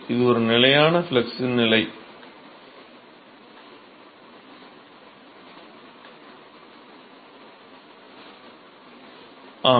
இது ஒரு நிலையான ஃப்ளக்ஸின் நிலை மாணவர் ஆம்